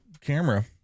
camera